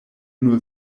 nur